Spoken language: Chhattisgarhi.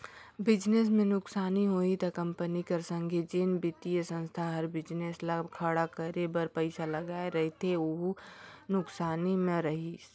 बिजनेस में नुकसानी होही ता कंपनी कर संघे जेन बित्तीय संस्था हर बिजनेस ल खड़ा करे बर पइसा लगाए रहथे वहूं नुकसानी में रइही